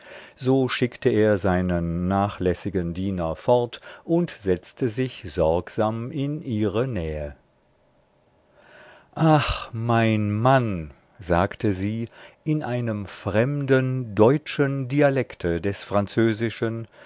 so schickte er seinen nachlässigen diener fort und setzte sich sorgsam in ihre nähe ach mein mann sagte sie in einem fremden deutschen dialekte des französischen